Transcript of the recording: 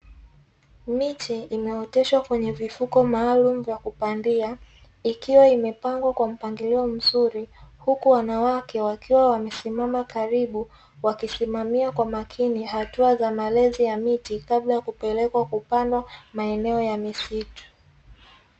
Miche imeoteshwa kwenye vifuko maalumu vya kupandia ikiwa imepangwa kwa mpangilio mzuri, huku wanawake wakiwa wamesimama karibu wakisimamia kwa makini hatua za malezi ya miti kabla ya kupelekwa kupandwa maeneo ya misitu.